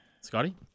Scotty